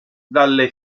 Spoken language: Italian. dalle